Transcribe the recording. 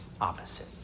opposite